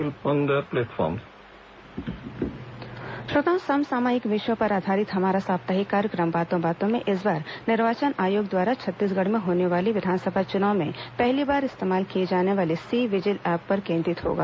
बातों बातों में श्रोताओं समसामयिक विषयों पर आधारित हमारा साप्ताहिक कार्यक्रम बातों बातों में इस बार निर्वाचन आयोग द्वारा छत्तीसगढ़ में होने वाले विधानसभा चुनाव में पहली बार इस्तेमाल किए जाने वाले सी विजिल ऐप पर केंद्रित होगा